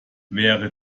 wäre